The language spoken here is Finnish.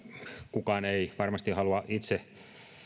kukaan ei varmasti halua itse